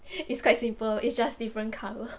it's quite simple it's just different colour